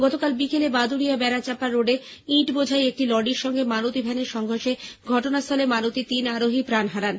গতকাল বিকেলে বাদুড়িয়া বেড়াচাঁপা রোডে ইঁট বোঝাই একটি লরির সঙ্গে মারুতি ভ্যানের সংঘর্ষে ঘটনাস্থলেই মারুতি ভ্যানের তিন আরোহী প্রাণ হারায়